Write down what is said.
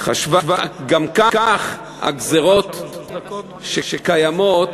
גם כך הגזירות שקיימות